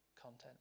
content